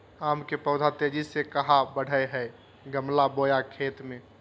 आम के पौधा तेजी से कहा बढ़य हैय गमला बोया खेत मे?